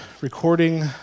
recording